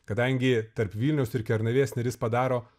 kadangi tarp vilniaus ir kernavės neris padaro